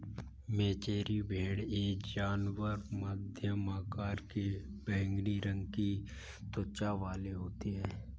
मेचेरी भेड़ ये जानवर मध्यम आकार के बैंगनी रंग की त्वचा वाले होते हैं